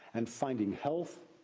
and finding health,